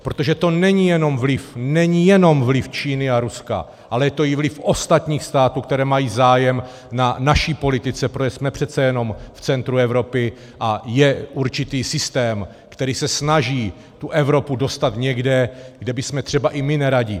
Protože to není jenom vliv, není jenom vliv Číny a Ruska, ale je to i vliv ostatních států, které mají zájem na naší politice, protože jsme přece jenom v centru Evropy, a je určitý systém, který se snaží tu Evropu dostat někde, kde bychom třeba i my neradi.